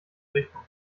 richtung